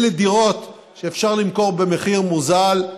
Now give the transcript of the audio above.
אלה דירות שאפשר למכור במחיר מוזל.